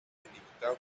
delimitado